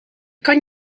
kan